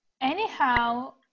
anyhow